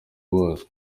bose